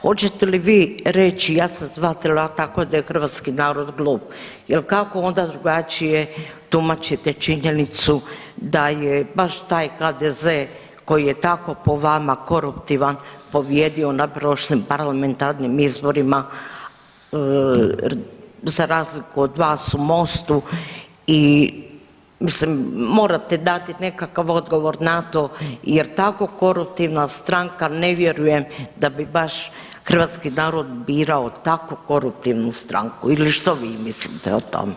Hoćete li vi reći, ja sam shvatila tako da je hrvatski narod glup jel kako onda drugačije tumačiti činjenicu da je baš taj HDZ koji je tako po vama koruptivan pobijedio na prošlim parlamentarnim izborima za razliku od vas u Mostu i mislim morate dati nekakav odgovor na to jer tako koruptivna stranka ne vjerujem da bi baš hrvatski narod birao tako koruptivnu stranku ili što vi mislite o tom?